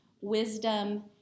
Wisdom